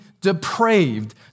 depraved